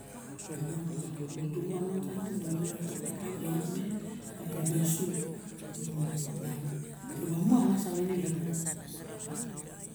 In miang ap ana dudu xuma mon tano ma na winiro to ma e ot me eribe su men opiang diraba mu angas savaine lamun